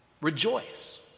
Rejoice